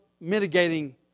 mitigating